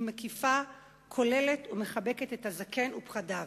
היא מקיפה, כוללת ומחבקת את הזקן ופחדיו.